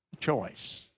Choice